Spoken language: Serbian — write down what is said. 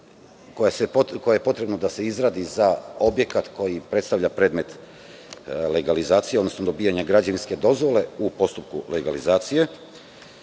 koja je potrebna da se izradi za objekat koji predstavlja predmet legalizacije, odnosno dobijanja građevinske dozvole u postupku legalizacije. Već